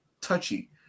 touchy